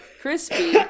Crispy